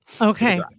okay